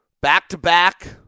back-to-back